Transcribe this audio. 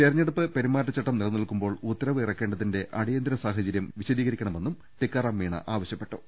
തെരഞ്ഞെടുപ്പ് പെരുമാറ്റച്ചട്ടം നിലനിൽക്കുമ്പോൾ ഉത്ത രവ് ഇറക്കേണ്ടതിന്റെ അടിയന്തര സാഹചര്യം വിശദീകരി ക്കണമെന്നും ടിക്കാറാം മീണ ആവശ്യപ്പെട്ടു